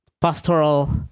Pastoral